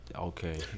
okay